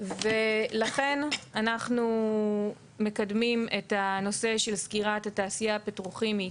לכן אנחנו מקדמים את הנושא של סגירת התעשייה הפטרוכימית